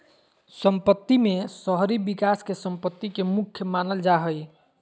सम्पत्ति में शहरी विकास के सम्पत्ति के मुख्य मानल जा हइ